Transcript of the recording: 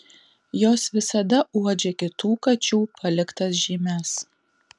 jos visada uodžia kitų kačių paliktas žymes